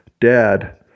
dad